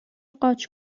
قاچ